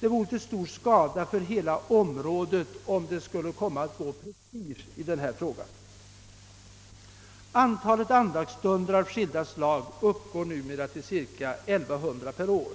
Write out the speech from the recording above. Det vore till stor skada för hela området om upprättandet av en särskild avdelning skulle komma att bli en prestigefråga. Antalet andaktsstunder av skilda slag uppgår numera till ca 1100 per år.